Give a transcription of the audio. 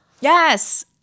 Yes